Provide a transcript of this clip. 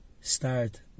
start